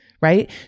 right